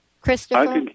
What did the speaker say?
Christopher